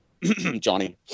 Johnny